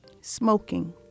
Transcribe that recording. smoking